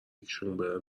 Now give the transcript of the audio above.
یکیشون